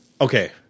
Okay